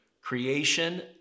creation